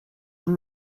were